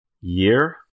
Year